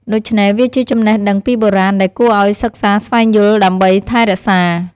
ដូច្នេះវាជាចំណេះដឹងពីបុរាណដែលគួរឲ្យសិក្សាស្វែងយល់ដើម្បីថែរក្សា។